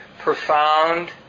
profound